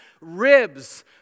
ribs